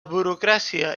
burocràcia